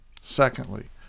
Secondly